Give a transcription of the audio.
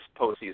postseason